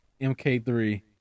MK3